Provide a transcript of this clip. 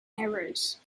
errors